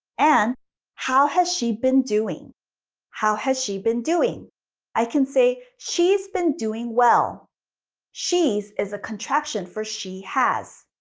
and how has she been doing how has she been doing i can say, she's been doing well she's is a contraction for she has.